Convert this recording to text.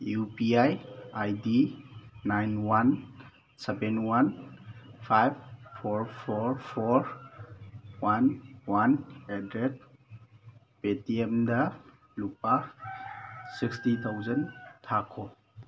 U P I I D nine one seven one five four four four one one at the rate ꯄꯦ ꯇꯤ ꯑꯦꯝꯗ ꯂꯨꯄꯥ sixty thousand ꯊꯥꯈꯣ